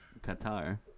Qatar